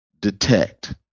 detect